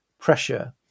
pressure